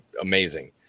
amazing